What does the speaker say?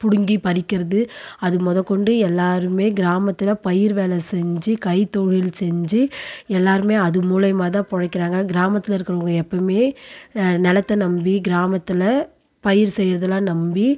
பிடுங்கி பறிக்கிறது அது மொதல்க்கொண்டு எல்லோருமே கிராமத்தில் பயிர் வேலை செஞ்சு கைத்தொழில் செஞ்சு எல்லோருமே அது மூலயமா தான் பிழைக்கிறாங்க கிராமத்தில் இருக்கிறவங்க எப்பவுமே நிலத்த நம்பி கிராமத்தில் பயிர் செய்கிறதெலாம் நம்பி